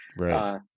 right